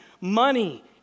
money